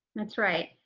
that's right.